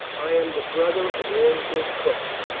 i am the brother of all good cooks.